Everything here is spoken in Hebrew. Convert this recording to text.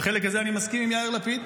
ובחלק הזה אני מסכים עם יאיר לפיד,